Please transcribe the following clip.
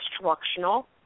instructional